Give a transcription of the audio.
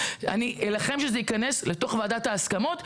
אני אלחם שזה ייכנס לתוך ועדת ההסכמות,